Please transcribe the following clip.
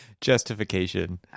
justification